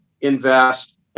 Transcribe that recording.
invest